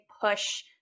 push